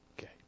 Okay